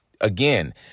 again